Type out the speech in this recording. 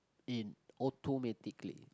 in automatically